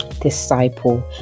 disciple